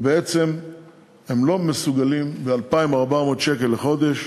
ובעצם הם לא מסוגלים, ב-2,400 שקל בחודש,